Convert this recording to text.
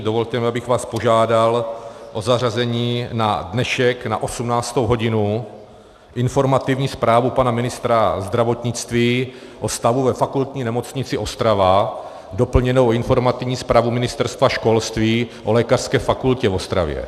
Dovolte mi, abych vás požádal o zařazení na dnešek na 18. hodinu informativní zprávu pana ministra zdravotnictví o stavu ve Fakultní nemocnici Ostrava, doplněnou o informativní zprávu Ministerstva školství o lékařské fakultě v Ostravě.